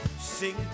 sing